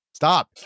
Stop